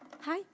Hi